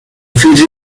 fiji